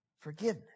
Forgiveness